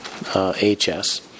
HS